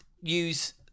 use